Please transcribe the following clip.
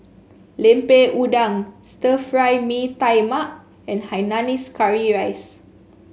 Lemper Udang Stir Fry Mee Tai Mak and Hainanese Curry Rice